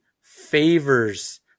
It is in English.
favors